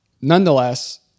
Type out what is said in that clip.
nonetheless